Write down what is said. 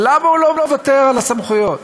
ולמה הוא לא מוותר על הסמכויות,